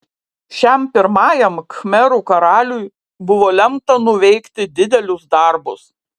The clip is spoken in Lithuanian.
šiam pirmajam khmerų karaliui buvo lemta nuveikti didelius darbus